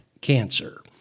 cancer